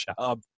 job